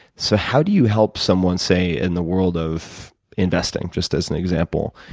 so how do you help someone, say, in the world of investing, just as an example,